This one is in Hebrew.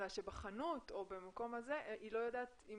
אלא שבחנות הם לא יודעים.